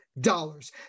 dollars